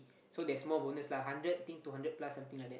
so there's more bonus lah hundred think to hundred plus something like that